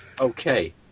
Okay